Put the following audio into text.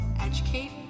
educate